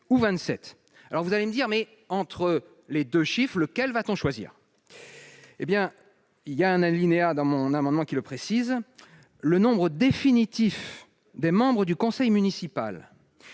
ou 27, alors vous allez me dire, mais entre les 2 chiffres, lequel va-t-on choisir, hé bien il y a un alinéa dans mon amendement qui le précise le nombre définitif des membres du conseil municipal